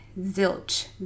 Zilch